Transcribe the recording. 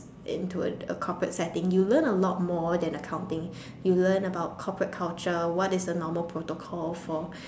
into a corporate setting you learn a lot more than accounting you learn about corporate culture what is a normal protocol for